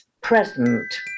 Present